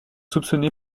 soupçonné